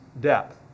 depth